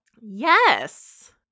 Yes